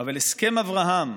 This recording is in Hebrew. אבל הסכם אברהם,